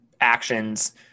actions